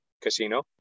Casino